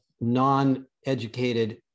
non-educated